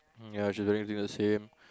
ya she the same